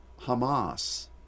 Hamas